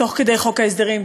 תוך כדי חוק ההסדרים,